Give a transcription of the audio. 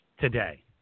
today